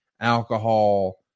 Alcohol